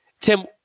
Tim